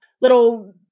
little